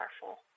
powerful